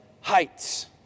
heights